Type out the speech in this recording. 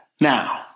Now